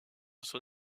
son